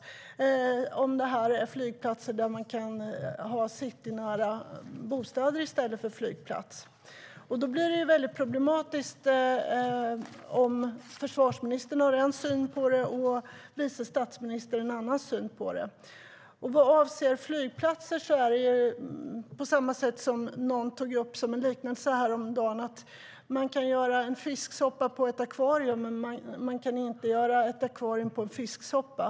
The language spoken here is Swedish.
Hon vill se över om det är platser där man kan ha citynära bostäder i stället för flyg. Vad avser flygplatser är det på samma sätt som någon sade häromdagen: Man kan göra en fisksoppa av ett akvarium, men man kan inte göra ett akvarium av en fisksoppa.